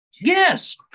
Yes